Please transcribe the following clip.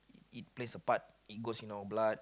it plays a parts it goes into our blood